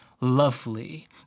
lovely